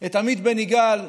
את עמית בן יגאל,